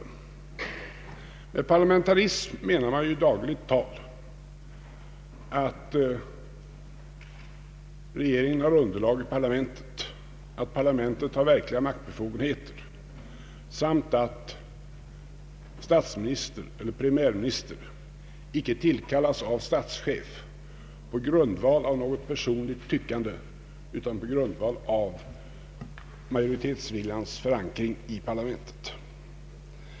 Med parlamentarism menar man ju i dagligt tal att regeringen har underlag i parlamentet, att parlamentet har verkliga maktbefogenheter samt att statsminister eller premiärminister icke tillkallas av statschef på grundval av något personligt tyckande utan på grundval av majoritetsviljans förankring i parlamentet.